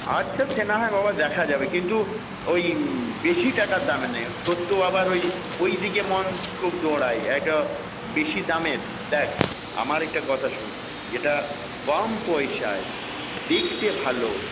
আচ্ছা সে না হয় বাবা দেখা যাবে কিন্তু ওই বেশি টাকা দামে তোর তো আবার ওই ওই দিকে মন খুব দৌড়ায় বেশি দামের দেখ আমার একটা কথা শোন যেটা কম পয়সায় দেখতে ভালো